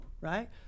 right